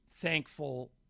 thankful